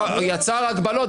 הוא יצר הגבלות.